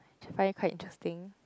find it quite interesting